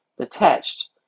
detached